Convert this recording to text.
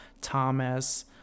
Thomas